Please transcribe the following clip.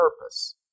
purpose